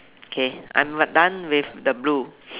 okay I'm right done with the blue